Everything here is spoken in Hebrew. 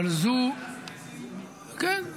אבל כן,